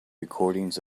recording